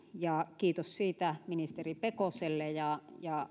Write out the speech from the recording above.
ja kiitos siitä ministeri pekoselle ja ja